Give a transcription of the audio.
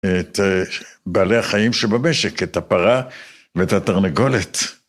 את בעלי החיים שבמשק, את הפרה ואת התרנגולת.